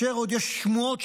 ויש עוד שמועות,